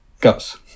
guts